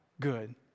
good